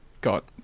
got